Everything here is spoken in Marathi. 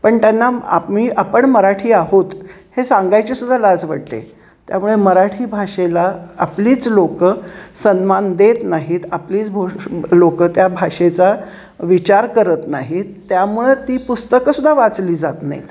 पण त्यांना आम्ही आपण मराठी आहोत हे सांगायचीसुद्धा लाज वाटते त्यामुळे मराठी भाषेला आपलीच लोकं सन्मान देत नाहीत आपलीच भो लोक त्या भाषेचा विचार करत नाहीत त्यामुळं ती पुस्तकंसुद्धा वाचली जात नाहीत